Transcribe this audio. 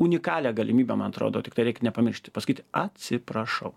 unikalią galimybę man atrodo tiktai reik nepamiršti pasakyt atsiprašau